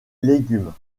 légumes